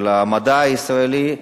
של המדע הישראלי.